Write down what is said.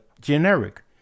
generic